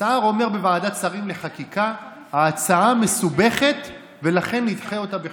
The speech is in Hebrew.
סער אומר בוועדת שרים לחקיקה: ההצעה מסובכת ולכן נדחה אותה בחודשיים.